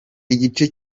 igice